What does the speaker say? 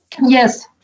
Yes